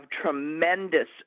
tremendous